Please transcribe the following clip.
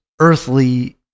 earthly